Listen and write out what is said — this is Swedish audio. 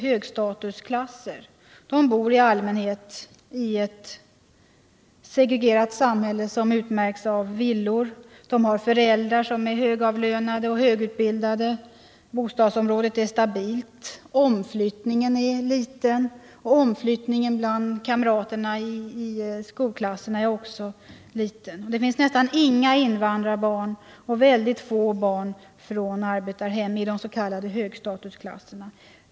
högstatusklasser i allmänhet i ett segregerat samhälle, som utmärks av villor, högavlönade och högutbildade föräldrar och stabila bostadsområden med liten omflyttning. Också omflyttningen bland kamraterna i skolklasserna är liten. Det finns nästan inga invandrarbarn och mycket få barn från arbetarhem i de s.k. högstatusklasserna.